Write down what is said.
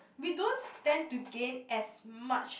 we don't stand to gain as much